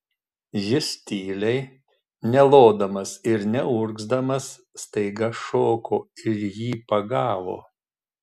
jis tyliai nelodamas ir neurgzdamas staiga šoko ir jį pagavo